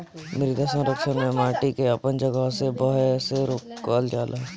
मृदा संरक्षण में माटी के अपन जगह से बहे से रोकल जाला